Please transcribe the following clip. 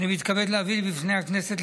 אני מתכבד להביא בפני הכנסת,